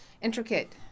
intricate